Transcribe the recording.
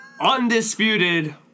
undisputed